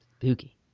Spooky